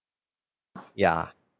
ya